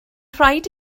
rhaid